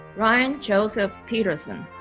ryan joseph petersen.